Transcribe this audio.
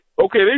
okay